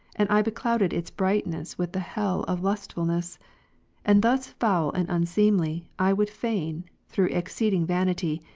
and i beclouded its brightness with the hell of lustfulness and thus foul and unseemly i would fain, through exceeding vanity,